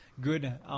good –